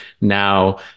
now